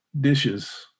dishes